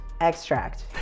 extract